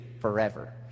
forever